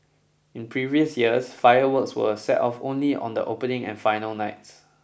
in previous years fireworks were set off only on the opening and final nights